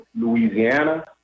Louisiana